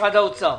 משרד האוצר.